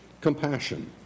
compassion